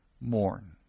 mourn